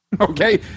Okay